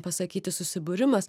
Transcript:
pasakyti susibūrimas